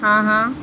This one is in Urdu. ہاں ہاں